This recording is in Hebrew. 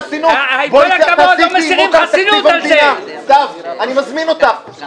בעיקר לחבר הכנסת איתן ברושי,